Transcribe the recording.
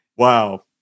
Wow